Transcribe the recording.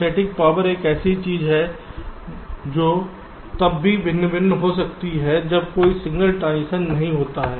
स्थैतिक पावर एक ऐसी चीज है जो तब भी छिन्न भिन्न हो जाती है जब कोई सिग्नल ट्रांजिशन नहीं होता है